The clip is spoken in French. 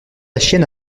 chienne